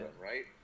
right